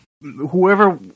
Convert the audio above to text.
whoever